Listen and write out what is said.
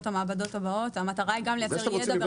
את המעבדות הבאות המטרה היא גם לייצר ידע.